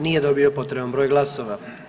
Nije dobio potreban broj glasova.